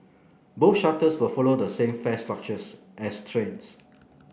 both shuttles will follow the same fare structure as trains